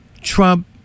Trump